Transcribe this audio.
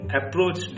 approach